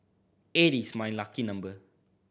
eight is my lucky number